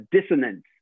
dissonance